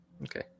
Okay